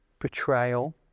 betrayal